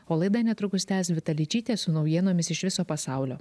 o laidą netrukus tęs vita ličytė su naujienomis iš viso pasaulio